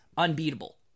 Unbeatable